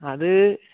അത്